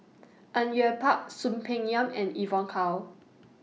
Au Yue Pak Soon Peng Yam and Evon Kow